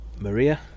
Maria